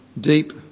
deep